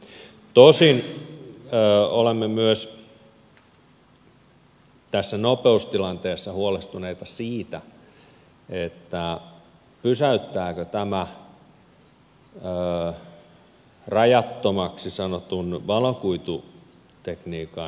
tosin olemme myös tässä nopeustilanteessa huolestuneita siitä pysäyttääkö tämä rajattomaksi sanotun valokuitutekniikan rakentamisen